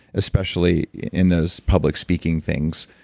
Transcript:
especially in those public speaking things.